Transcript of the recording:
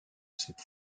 cette